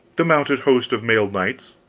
the mounted host of mailed knights.